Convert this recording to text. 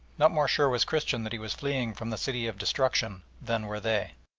not more sure was christian that he was fleeing from the city of destruction than were they.